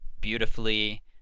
beautifully